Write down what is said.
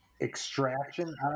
extraction